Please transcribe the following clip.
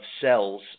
cells